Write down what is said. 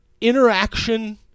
interaction